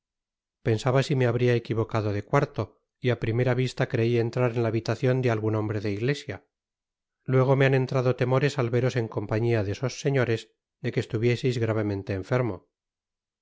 pensaba si me habría equivocado de cuarto y á primera vista creí entrar en la habitacion de algun hombre do iglesia luego me han entrado temores al veros en compañía deesos señores de que estuvieseis gravemente enfermo